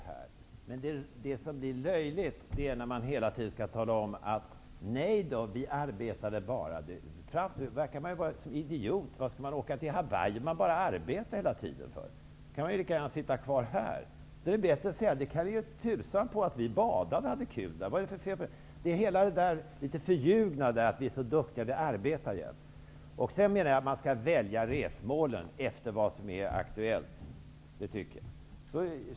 Det som emellertid blir löjligt är när man hela tiden talar om att man enbart arbetade. Då framstår man ju som en idiot. Varför skall man åka till Hawaii, om man bara arbetar hela tiden? Då kan man lika gärna stanna kvar här. Det är bättre att säga att ni kan ''ge er tusan på'' att vi badade och hade ''kul''. Återigen undrar jag vad det är för fel på det. Det är hela tiden något förljuget över det hela, nämligen att vi är duktiga, och att vi arbetar jämt. Jag menar att man skall välja resmålen efter vad som är aktuellt.